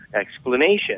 explanation